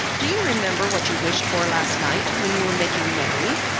do you remember what you wished for last night, when you were making merry?